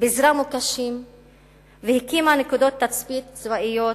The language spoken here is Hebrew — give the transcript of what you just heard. פיזרה מוקשים והקימה נקודות תצפית צבאיות,